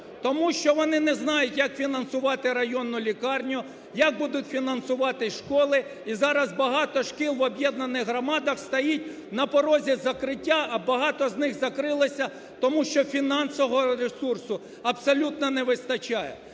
тому що вони не знають як фінансувати районну лікарню, як будуть фінансуватись школи і зараз багато шкіл в об'єднаних громадах стоїть на порозі закриття, а багато з них закрилися тому що фінансового ресурсу абсолютно не вистачає.